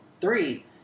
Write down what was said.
Three